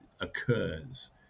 occurs